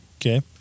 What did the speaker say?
Okay